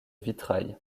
vitrail